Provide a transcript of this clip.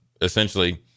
essentially –